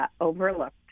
overlooked